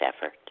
effort